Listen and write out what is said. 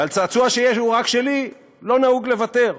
ועל צעצוע שיש והוא "רק שלי", לא נהוג לוותר.